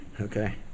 okay